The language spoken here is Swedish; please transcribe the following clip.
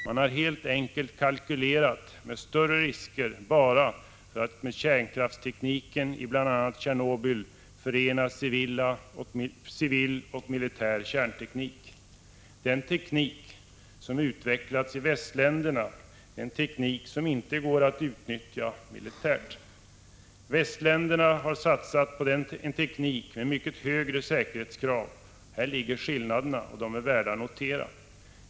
Man har helt enkelt kalkylerat med större risker bara för att med kärnkraftstekniken i bl.a. Tjernobyl förena civil och militär kärnteknik. Den teknik som utvecklats i västländerna är en teknik som inte går att utnyttja militärt. Västländerna har satsat på en teknik med mycket högre säkerhetskrav. Häri ligger skillnaderna, och de är värda att notera.